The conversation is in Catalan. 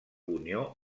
unió